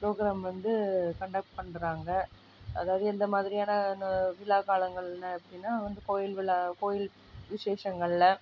program வந்து conduct பண்ணுறாங்க அதாவது இந்த மாதிரியான விழாக்காலங்களில் எப்படின்னா வந்து கோயில் விழா கோயில் விசேஷங்களில்